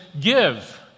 give